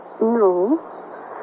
No